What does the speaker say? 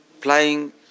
flying